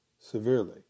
severely